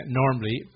normally